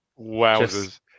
Wowzers